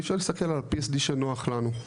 אי אפשר להסתכל על ה-PSD שנוח לנו,